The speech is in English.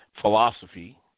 philosophy